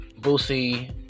Boosie